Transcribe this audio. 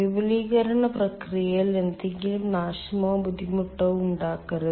വിപുലീകരണ പ്രക്രിയയിൽ എന്തെങ്കിലും നാശമോ ബുദ്ധിമുട്ടോ ഉണ്ടാക്കരുത്